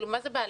מה זה בעלות?